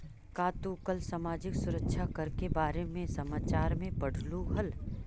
का तू कल सामाजिक सुरक्षा कर के बारे में समाचार में पढ़लू हल